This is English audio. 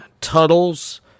Tuttle's